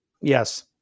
Yes